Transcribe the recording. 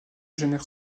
génère